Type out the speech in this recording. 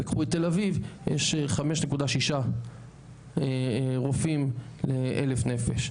וקחו את תל אביב יש 5.6 רופאים ל-1,000 נפש.